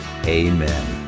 Amen